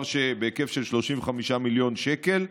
בהיקף של 35 מיליון שקל,